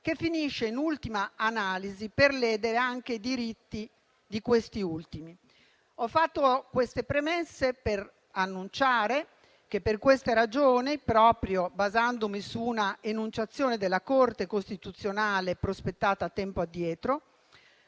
che finisce in ultima analisi per ledere anche i diritti di questi ultimi. Ho fatto queste premesse per annunciare che, per questa ragione, proprio basandomi su una enunciazione della Corte costituzionale prospettata tempo addietro,